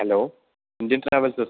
hello Indian travels